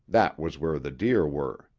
that was where the deer were.